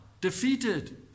defeated